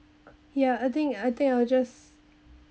ya I think I think I will just